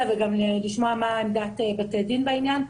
וגם לשמוע מהי עמדת בתי הדין בעניין.